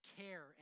care